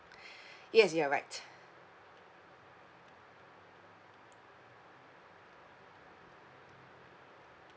yes you're right